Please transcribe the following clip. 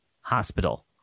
hospital